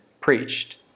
preached